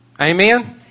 Amen